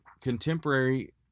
contemporary